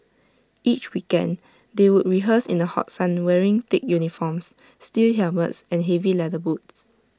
each weekend they would rehearse in the hot sun wearing thick uniforms steel helmets and heavy leather boots